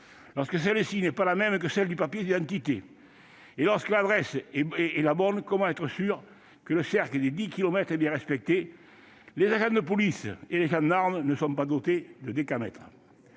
lorsque celle-ci n'est pas la même que celle du papier d'identité ? Et lorsque l'adresse est la bonne, comment être sûr que le cercle des dix kilomètres est bien respecté ? Les agents de police et les gendarmes ne sont pas dotés de décamètres